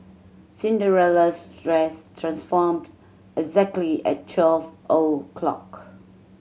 Cinderella's dress transformed exactly at twelve o'clock